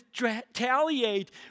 retaliate